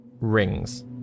Rings